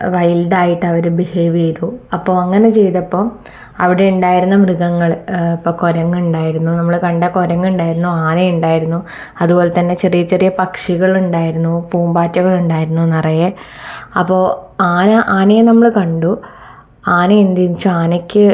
വൈൽഡായിട്ട് അവർ ബിഹേവ് ചെയ്തു അപ്പോൾ അങ്ങനെ ചെയ്തപ്പം അവിടെ ഉണ്ടായിരുന്ന മൃഗങ്ങൾ ഇപ്പം കുരങ്ങുണ്ടായിരുന്നു നമ്മൾ കണ്ട കുരങ്ങുണ്ടായിരുന്നു ആനയുണ്ടായിരുന്നു അതുപോലെ തന്നെ ചെറിയ ചെറിയ പക്ഷികളുണ്ടായിരുന്നു പൂമ്പാറ്റകൾ ഉണ്ടായിരുന്നു നിറയെ അപ്പോൾ ആന ആനയെ നമ്മൾ കണ്ടു ആന എന്ത് ചെയ്യും എന്ന് വെച്ചാൽ ആനക്ക്